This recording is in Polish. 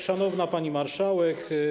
Szanowna Pani Marszałek!